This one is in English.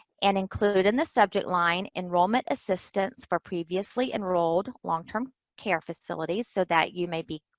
and include in the subject line enrollment assistance for previously enrolled long-term care facilities, so that you may be